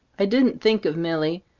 i didn't think of milly.